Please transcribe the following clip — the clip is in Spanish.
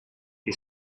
que